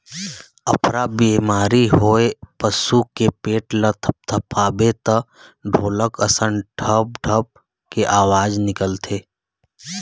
अफरा बेमारी होए पसू के पेट ल थपथपाबे त ढोलक असन ढप ढप के अवाज निकलथे